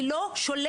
אני לא שוללת.